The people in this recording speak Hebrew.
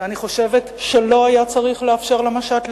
אני חושבת שלא היה צריך לאפשר למשט להגיע,